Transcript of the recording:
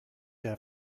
der